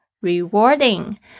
Rewarding